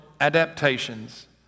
adaptations